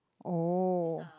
oh